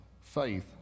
faith